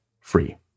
free